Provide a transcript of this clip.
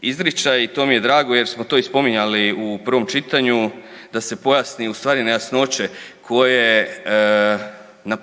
izričaj i to mi je drago jer smo to spominjali u prvom čitanju da se pojasne ustvari nejasnoće koje na